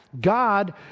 God